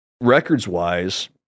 records-wise